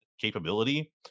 capability